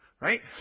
Right